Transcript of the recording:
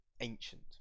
ancient